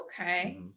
Okay